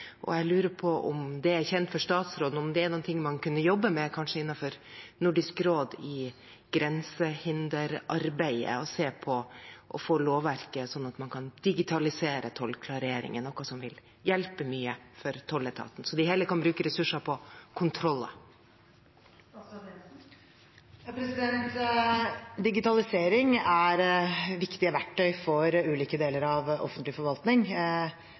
Jeg lurer på om det er kjent for statsråden, og om det er noe man kunne jobbe med kanskje innenfor Nordisk råd når det gjelder grensehinderarbeidet – å få lovverket slik at man kan digitalisere tollklareringen. Det vil hjelpe mye for tolletaten, så kan de heller bruke ressurser på kontroller. Digitalisering er viktige verktøy for ulike deler av offentlig forvaltning,